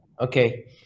okay